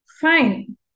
fine